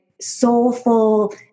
soulful